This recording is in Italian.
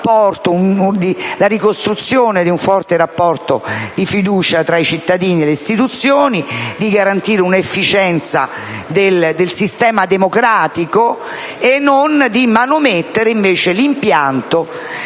la ricostruzione di un forte rapporto di fiducia tra i cittadini e le istituzioni, l'efficienza del sistema democratico senza manomettere l'impianto